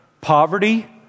Poverty